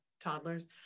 toddlers